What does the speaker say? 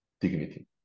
dignity